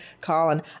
Colin